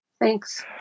Thanks